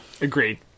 Agreed